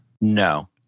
No